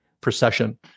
procession